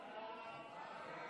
ההצעה להעביר